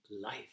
life